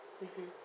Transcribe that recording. mmhmm